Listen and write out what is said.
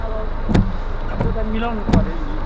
अब त्यो त मिलाउनु पऱ्यो नि